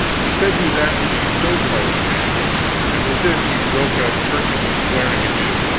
he said he was after the stove-polish man and with this he broke out cursing and swearing anew.